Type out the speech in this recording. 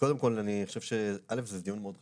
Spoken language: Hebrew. קודם כל, אני חושב ש-א' זה דיון מאוד חשוב.